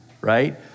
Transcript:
right